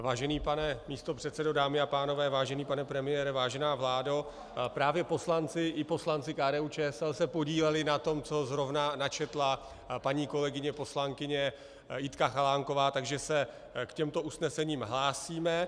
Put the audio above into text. Vážený pane místopředsedo, dámy a pánové, vážený pane premiére, vážená vládo, právě poslanci, i poslanci KDUČSL se podíleli na tom, co zrovna načetla paní kolegyně poslankyně Jitka Chalánková, takže se k těmto usnesením hlásíme.